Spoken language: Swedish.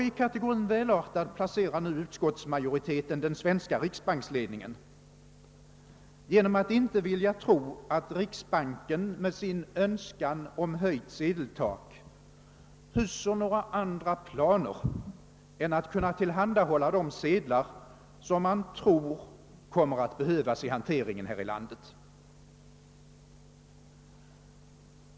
I kategorin välartad placerar nu utskottsmajoriteten den svenska riksbanksledningen genom att inte vilja tro, att riksbanken med sin önskan om höjt sedeltak hyser några andra planer än att kunna tillhandahålla de sedlar som man tror kommer att behövas i hanteringen här i landet.